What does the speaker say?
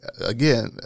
Again